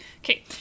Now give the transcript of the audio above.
Okay